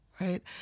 right